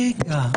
רגע.